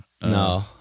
No